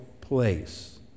place